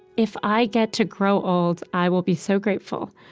if i get to grow old, i will be so grateful.